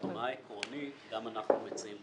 ברמה העקרונית גם אנחנו מדברים,